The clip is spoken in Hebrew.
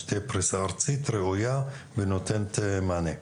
שתהיה פריסה ארצית ראויה שנותנת מענה.